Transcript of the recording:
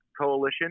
coalition